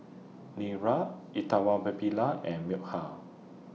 Niraj and Milkha